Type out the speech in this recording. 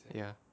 ya